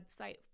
website